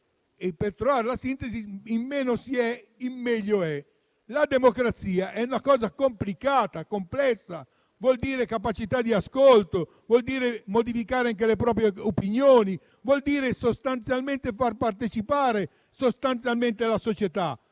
per trovare la sintesi, meno si è e meglio è. La democrazia è una cosa complicata e complessa; vuol dire capacità di ascolto, vuol dire modificare le proprie opinioni, vuol dire far partecipare la società.